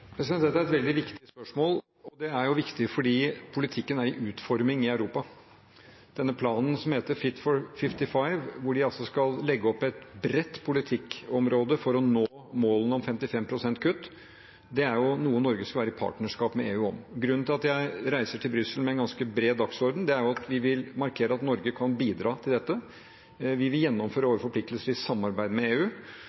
Dette er et veldig viktig spørsmål, og det er viktig fordi politikken er i utforming i Europa. Den planen som heter «Fit for 55», hvor de altså skal legge opp et bredt politikkområde for å nå målene om 55 pst. kutt, er noe Norge skal være i partnerskap med EU om. Grunnen til at jeg reiser til Brussel med en ganske bred dagsorden, er at vi vil markere at Norge kan bidra til dette. Vi vil gjennomføre